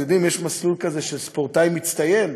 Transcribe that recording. אתם יודעים, יש מסלול כזה של ספורטאי מצטיין,